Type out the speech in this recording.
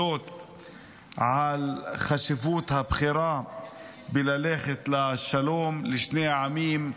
על חשיבות הבחירה בללכת לשלום לשני העמים,